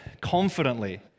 confidently